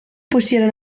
pusieron